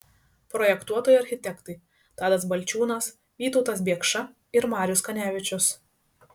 projektuotojai architektai tadas balčiūnas vytautas biekša ir marius kanevičius